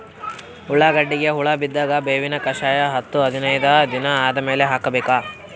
ಉಳ್ಳಾಗಡ್ಡಿಗೆ ಹುಳ ಬಿದ್ದಾಗ ಬೇವಿನ ಕಷಾಯ ಹತ್ತು ಹದಿನೈದ ದಿನ ಆದಮೇಲೆ ಹಾಕಬೇಕ?